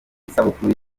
isabukuru